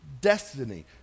destiny